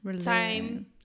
time